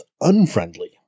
unfriendly